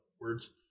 words